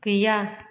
गैया